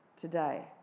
today